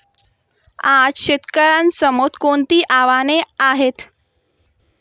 आज शेतकऱ्यांसमोर कोणती आव्हाने आहेत?